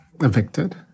Evicted